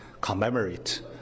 commemorate